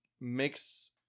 makes